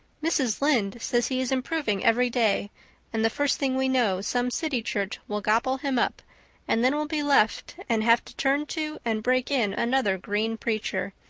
mrs. lynde says he is improving every day and the first thing we know some city church will gobble him up and then we'll be left and have to turn to and break in another green preacher.